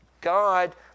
God